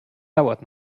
dauert